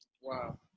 Wow